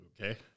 Okay